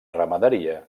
ramaderia